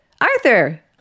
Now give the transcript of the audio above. Arthur